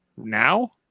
now